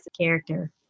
character